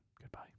Goodbye